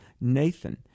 Nathan